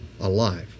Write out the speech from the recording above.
alive